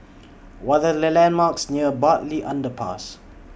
What Are The landmarks near Bartley Underpass